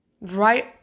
Right